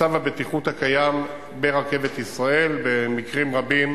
מצב הבטיחות הקיים ברכבת ישראל במקרים רבים,